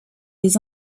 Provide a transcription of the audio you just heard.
les